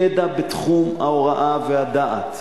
ידע בתחום ההוראה והדעת,